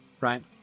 Right